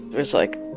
was like,